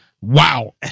Wow